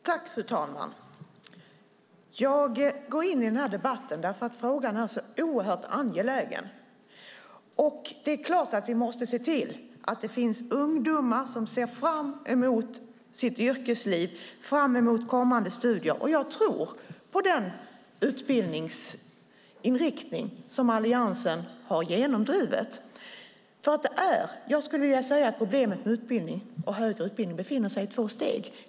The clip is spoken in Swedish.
Fru talman! Jag går in i denna debatt därför att frågan är så oerhört angelägen. Det är klart att vi måste se till att det finns ungdomar som ser fram emot sitt yrkesliv och kommande studier. Jag tror på den utbildningsinriktning som Alliansen har genomdrivit. Jag skulle vilja säga att det finns två problem med utbildning och högre utbildning.